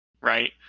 Right